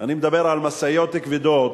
אני מדבר על משאיות כבדות,